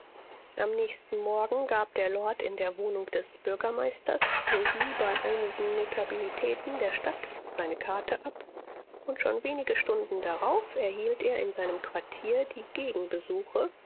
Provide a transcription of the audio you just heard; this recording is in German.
am nächsten morgen gab der lord in der wohnung des bürgermeisters sowie bei einigen notabilitäten der stadt seine karte ab und schon wenige stunden darauf erhielt er in seinem quartier die